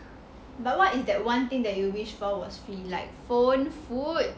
but what is that one thing that you wish for was free like phone food